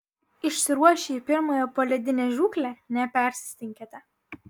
išsiruošę į pirmąją poledinę žūklę nepersistenkite